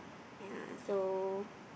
ya so